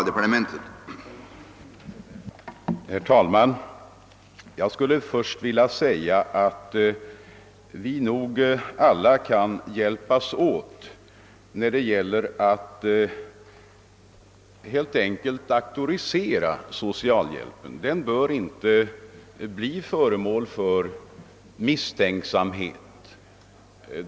Herr talman! Jag skulle först vilja säga att vi nog alla kan hjälpas åt när det gäller att auktorisera socialhjälpen. Den bör inte bli föremål för misstänksamhet.